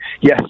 yes